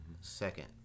second